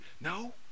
no